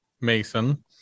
Mason